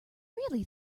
really